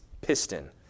piston